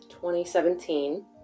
2017